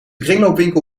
kringloopwinkel